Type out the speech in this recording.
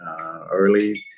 early